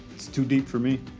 too deep for me.